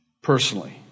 personally